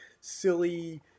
silly